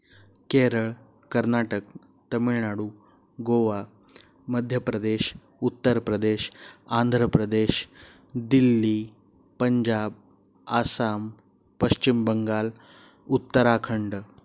Kerala Karnataka Tamil Nadu Goa Madhya Pradesh Uttar Pradesh Andhra Pradesh Delhi Punjab Assam Paschim Bangal Uttarakhand